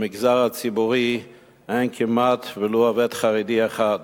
במגזר הציבורי אין כמעט ולו עובד חרדי אחד.